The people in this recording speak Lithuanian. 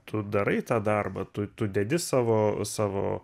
tu darai tą darbą tu tu dedi savo savo